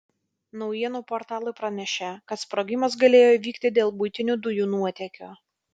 naujienų portalai pranešė kad sprogimas galėjo įvykti dėl buitinių dujų nuotėkio